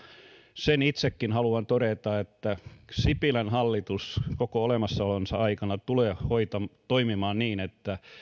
sen itsekin haluan todeta että sipilän hallitus koko olemassaolonsa aikana tulee toimimaan niin että